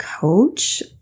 coach